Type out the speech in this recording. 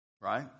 right